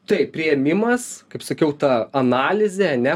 tai priėmimas kaip sakiau ta analizė ane